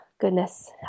goodness